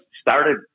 started